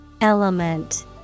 Element